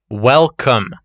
Welcome